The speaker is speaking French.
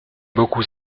beaucoup